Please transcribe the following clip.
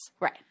Right